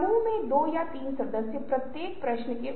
कक्षा में छात्रों की विभिन्न श्रेणियां होती हैं